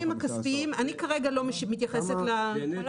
15% --- אני כרגע לא מתייחסת לנתונים הכספיים.